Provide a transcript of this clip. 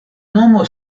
nomo